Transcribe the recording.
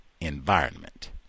environment